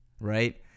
Right